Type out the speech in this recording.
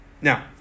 Now